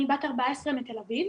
אני בת 14 מתל אביב,